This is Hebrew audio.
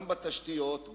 גם בתשתיות,